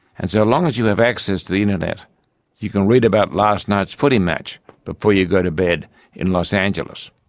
and so long as you have access to the internet you can read about last night's footy match before you go to bed in los angeles.